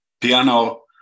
piano